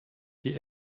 die